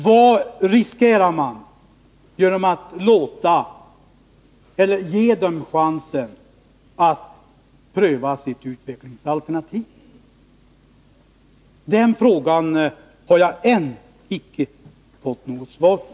Vad riskerar man genom att ge Hörnefors chansen att pröva sitt utvecklingsalternativ? Den frågan har jag ännu inte fått svar på.